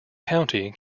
county